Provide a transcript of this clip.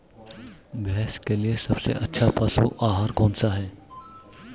भैंस के लिए सबसे अच्छा पशु आहार कौनसा है?